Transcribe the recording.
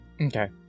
okay